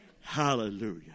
Hallelujah